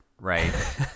right